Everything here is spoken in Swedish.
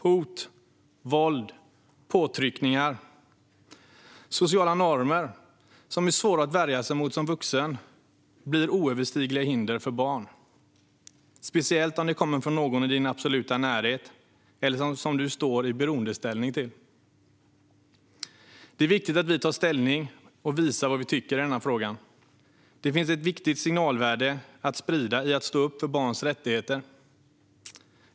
Hot, våld, påtryckningar och sociala normer som är svåra att värja sig mot som vuxen blir oöverstigliga hinder för barn, speciellt om det kommer från någon i din absoluta närhet eller som du står i beroendeställning till. Det är viktigt att vi tar ställning och visar vad vi tycker i den här frågan. Det finns ett viktigt signalvärde att sprida i att stå upp för barns rättigheter.